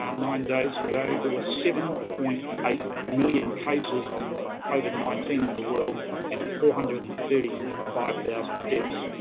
and nine days ago, there were seven point eight million cases of covid nineteen in the world and four hundred and thirty five thousand deaths.